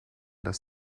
das